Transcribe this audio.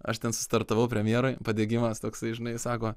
aš ten sustartavau premjeroj padegimas toksai žinai sako